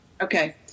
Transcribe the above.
okay